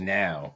now